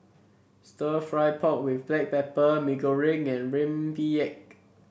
stir fry pork with Black Pepper Mee Goreng and rempeyek